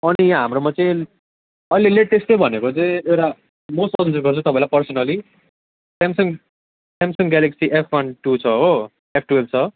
अनि हाम्रोमा चाहिँ अहिले लेटेस्ट चाहिँ भनेको चाहिँ एउटा म सजेस्ट गर्छु तपाईँलाई personally Samsung Samsung Galaxy F one two छ हो एफ टुएल्भ छ